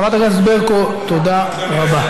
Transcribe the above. חברת הכנסת ברקו, תודה רבה.